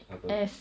apa